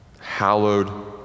hallowed